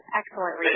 excellent